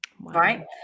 Right